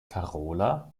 carola